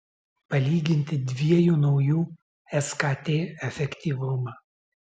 palyginti dviejų naujų skt efektyvumą